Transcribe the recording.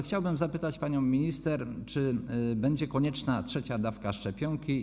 Chciałbym zapytać panią minister: Czy będzie konieczna trzecia dawka szczepionki?